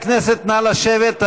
חברי הכנסת, נא לשבת.